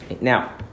Now